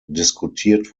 diskutiert